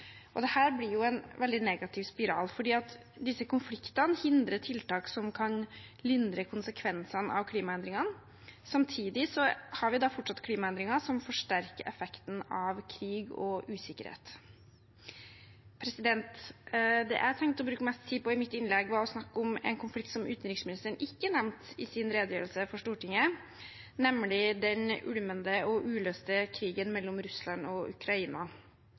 en veldig negativ spiral fordi disse konfliktene hindrer tiltak som kan lindre konsekvensene av klimaendringene. Samtidig har vi fortsatt klimaendringer som forsterker effekten av krig og usikkerhet. Det jeg tenkte å bruke mest tid på i mitt innlegg, er å snakke om en konflikt som utenriksministeren ikke nevnte i sin redegjørelse for Stortinget, nemlig den ulmende og uløste krigen mellom Russland og Ukraina,